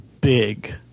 big